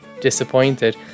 disappointed